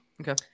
Okay